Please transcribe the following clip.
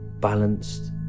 balanced